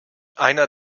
einer